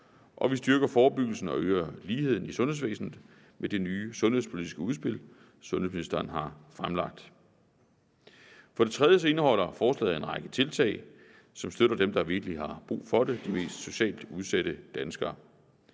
og vi styrker forebyggelsen og øger ligheden i sundhedsvæsenet med det nye sundhedspolitiske udspil, sundhedsministeren har fremlagt. For det tredje indeholder forslaget en række tiltag, som støtter dem, der virkelig har brug for det, de socialt mest udsatte danskere.